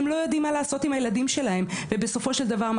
הם לא יודעים מה לעשות עם הילדים שלהם ובסופו של דבר,